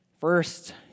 First